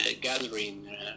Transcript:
gathering